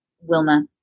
Wilma